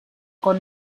con